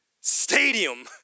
stadium